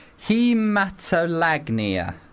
hematolagnia